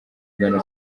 ugana